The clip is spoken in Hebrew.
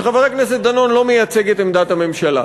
שחבר הכנסת דנון לא מייצג את עמדת הממשלה.